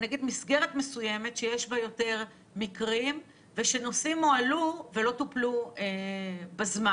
מסגרת מסוימת שיש בה יותר מקרים ושנושאים הועלו ולא טופלו בזמן.